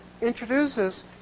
introduces